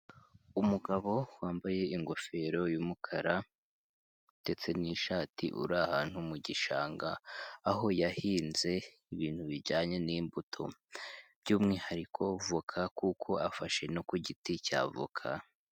Umugabo wambaye ingofero y'umukara ndetse n'ishati uri ahantu mu gishanga aho yahinze ibintu bijyanye n'imbuto, by'umwihariko voka kuko afashe no ku giti cya voka.